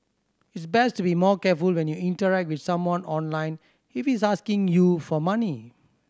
it's best to be more careful when you interact with someone online if he's asking you for money